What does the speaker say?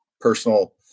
personal